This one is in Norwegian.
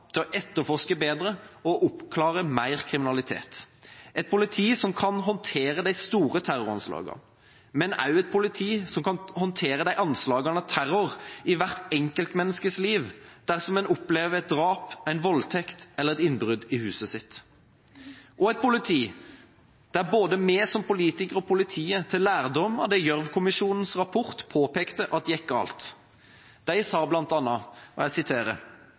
til å etterforske bedre og oppklare mer kriminalitet – et politi som kan håndtere de store terroranslagene, men også et politi som kan håndtere de anslagene av terror i hvert enkeltmenneskes liv, dersom man opplever et drap, en voldtekt eller et innbrudd i huset sitt, og et politi der både vi som politikere og politiet tar lærdom av det Gjørv-kommisjonens rapport påpekte gikk galt. De sa bl.a.: «Tragedien 22/7 avdekker behov for mange slags endringer: i planverk og